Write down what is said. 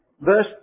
verse